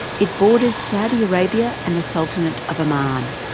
it borders saudi arabia and the sultanate of oman.